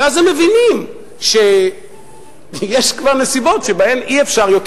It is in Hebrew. ואז הם מבינים שיש כבר נסיבות שבהן אי-אפשר יותר.